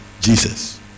Jesus